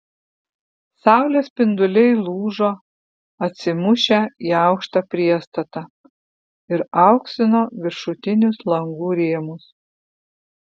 saulės spinduliai lūžo atsimušę į aukštą priestatą ir auksino viršutinius langų rėmus